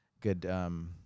good